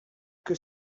que